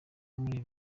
muri